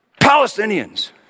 Palestinians